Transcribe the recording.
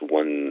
one